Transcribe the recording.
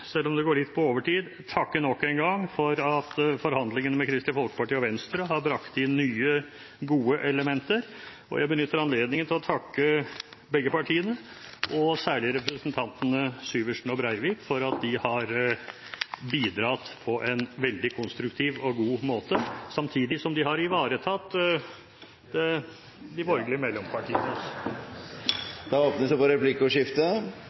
selv om det går litt på overtid, takke nok en gang for at forhandlingene med Kristelig Folkeparti og Venstre har brakt inn nye, gode elementer, og jeg benytter anledningen til å takke begge partiene og særlig representantene Syversen og Breivik for at de har bidratt på en veldig konstruktiv og god måte, samtidig som de har ivaretatt de borgerlige … Det blir replikkordskifte.